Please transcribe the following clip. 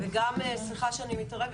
סליחה שאני מתערבת,